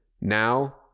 now